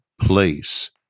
place